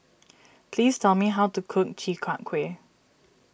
please tell me how to cook Chi Kak Kuih